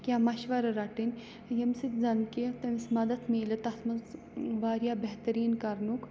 کینٛہہ مَشوَرٕ رَٹٕنۍ ییٚمہِ سۭتۍ زَن کہ تٔمِس مَدَتھ میلہِ تَتھ منٛز واریاہ بہتریٖن کَرنُک